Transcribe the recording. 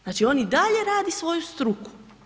Znači on i dalje radi svoju struku.